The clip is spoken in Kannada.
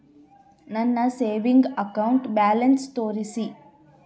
ನನ್ನ ಸೇವಿಂಗ್ಸ್ ಅಕೌಂಟ್ ಬ್ಯಾಲೆನ್ಸ್ ತೋರಿಸಿ?